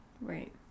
right